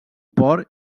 port